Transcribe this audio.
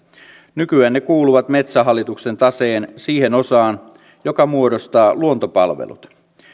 nykyään ne kuuluvat metsähallituksen taseen siihen osaan joka muodostaa luontopalvelut